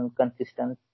consistent